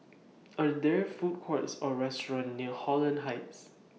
Are There Food Courts Or restaurants near Holland Heights